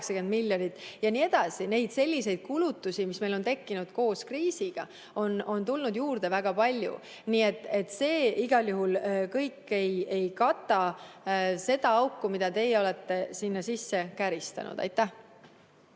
jne. Neid selliseid kulutusi, mis meil on tekkinud koos kriisiga, on tulnud juurde väga palju. Nii et see igal juhul kõik ei kata seda auku, mida teie olete sinna sisse käristanud. Aitäh!